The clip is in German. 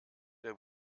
der